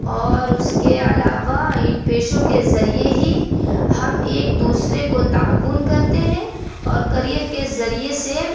اور اس کے علاوہ ان پیشوں کے ذریعے ہی ہم ایک دوسرے کو تعاون کرتے ہیں اور کریئر کے ذریعے سے